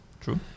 True